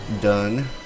done